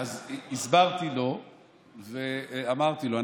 אז הסברתי לו ואמרתי לו.